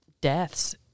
deaths